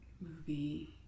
movie